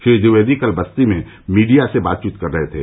श्री द्विवेदी कल बस्ती में मीडिया से बातचीत कर रहे थे